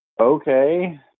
okay